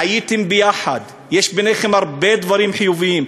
חייתכם ביחד, יש ביניכם הרבה דברים חיוביים.